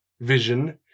vision